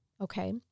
Okay